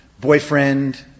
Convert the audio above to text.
boyfriend